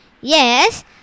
Yes